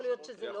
יכול להיות שזה לא.